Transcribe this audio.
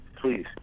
please